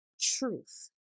truth